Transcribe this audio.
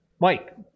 mike